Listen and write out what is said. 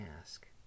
ask